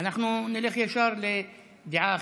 אנחנו נלך ישר לדעה אחרת.